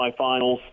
semifinals